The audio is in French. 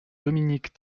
dominique